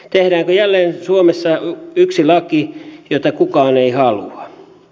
tehdäänkö jälleen suomessa yksi laki jota kukaan ei halua